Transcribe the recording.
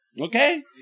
Okay